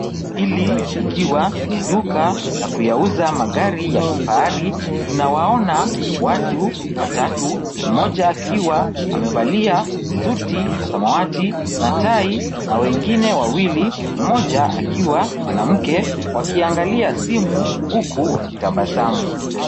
Hili likiwa ni duka la kuyauza magari ya kifahari. Tunawaona watu watatu moja kiwa amevalia suti ya samawati na tai na wengine wawili moja akiwa mwanamke wakiangalia simu huku wakitabasamu.